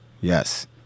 Yes